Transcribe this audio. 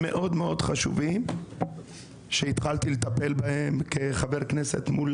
והיכן קיימת אבטלה